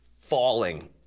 falling